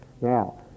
Now